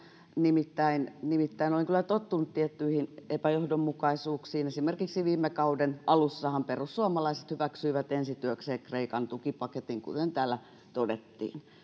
nimittäin nimittäin olen kyllä tottunut tiettyihin epäjohdonmukaisuuksiin esimerkiksi viime kauden alussahan perussuomalaiset hyväksyivät ensi työkseen kreikan tukipaketin kuten täällä todettiin